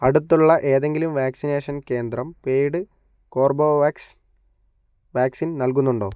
അടുത്തുള്ള ഏതെങ്കിലും വാക്സിനേഷൻ കേന്ദ്രം പെയ്ഡ് കോർബൊവാക്സ് വാക്സിൻ നൽകുന്നുണ്ടോ